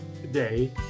Today